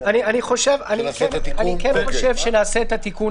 אני אוסיף גם שאני חושב שאם נגיע עם האוצר